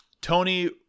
Tony